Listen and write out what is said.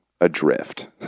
adrift